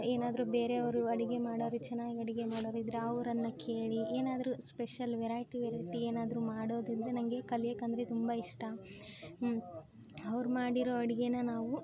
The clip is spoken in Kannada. ಏನಾದರೂ ಬೇರೆಯವ್ರು ಅಡುಗೆ ಮಾಡೋವ್ರು ಚೆನ್ನಾಗಿ ಅಡುಗೆ ಮಾಡೋರಿದ್ರೆ ಅವರನ್ನ ಕೇಳಿ ಏನಾದರೂ ಸ್ಪೆಷಲ್ ವೆರೈಟಿ ವೆರೈಟಿ ಏನಾದರೂ ಮಾಡೋದಿದ್ದರೆ ನನಗೆ ಕಲಿಯಕ್ಕೆ ಅಂದರೆ ತುಂಬ ಇಷ್ಟ ಅವ್ರು ಮಾಡಿರೋ ಅಡುಗೆನ ನಾವು